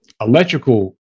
electrical